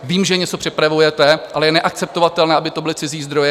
Vím, že něco připravujete, ale je neakceptovatelné, aby to byly cizí zdroje.